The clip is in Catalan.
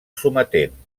sometent